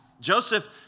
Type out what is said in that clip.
Joseph